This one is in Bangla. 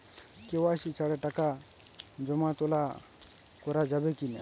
কে.ওয়াই.সি ছাড়া টাকা জমা তোলা করা যাবে কি না?